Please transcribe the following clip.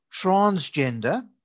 transgender